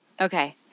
Okay